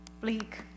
bleak